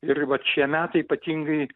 ir vat šie metai ypatingai